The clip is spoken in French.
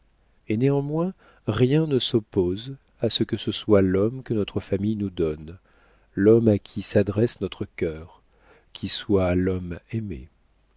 et néanmoins rien ne s'oppose à ce que ce soit l'homme que notre famille nous donne l'homme à qui s'adresse notre cœur qui soit l'homme